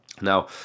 now